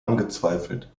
angezweifelt